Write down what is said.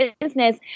business